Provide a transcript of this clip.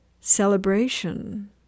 celebration